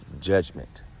judgment